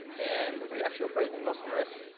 and we actually operate and in los angeles.